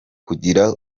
kugira